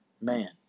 man